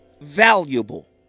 valuable